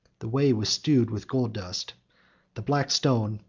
the way was strewed with gold dust the black stone,